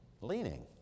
leaning